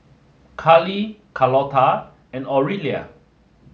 Carley Charlotta and Aurelia